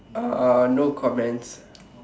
uh no comments